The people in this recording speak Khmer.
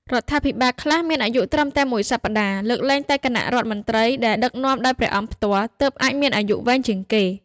រដ្ឋាភិបាលខ្លះមានអាយុត្រឹមតែមួយសប្ដាហ៍ លើកលែងតែគណៈរដ្ឋមន្ត្រីដែលដឹកនាំដោយព្រះអង្គផ្ទាល់ ទើបអាចមានអាយុវែងជាងគេ។